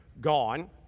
gone